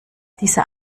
dieser